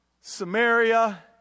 Samaria